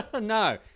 No